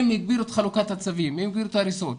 הם הגבירו את חלוקת הצווים והגבירו את ההריסות.